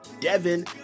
Devin